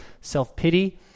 self-pity